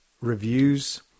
reviews